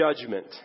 judgment